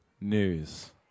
news